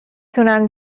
تونم